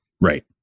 Right